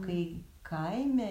kai kaime